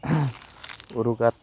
উৰুকাত